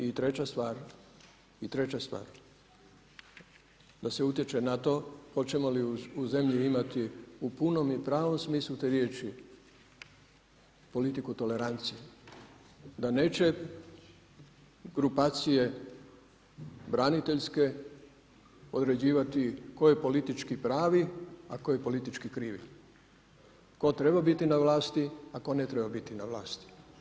I treća stvar, da se utječe na to hoćemo li u zemlji imati u punom i pravom smislu te riječi politiku tolerancije, da neće grupacije braniteljske određivati tko je politički pravi a tko je politički krivi, tko treba biti na vlasti a tko ne treba biti na vlasti.